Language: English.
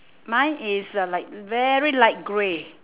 mine is uh like very light grey